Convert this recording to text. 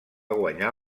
guanyar